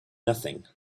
nothing